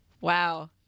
Wow